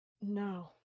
No